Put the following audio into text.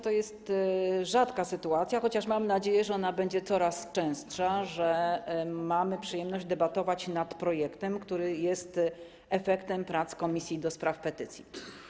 To rzadka sytuacja, chociaż mam nadzieję, że ona będzie coraz częstsza, że mamy przyjemność debatować nad projektem, który jest efektem prac Komisji do Spraw Petycji.